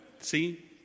see